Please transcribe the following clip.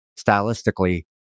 Stylistically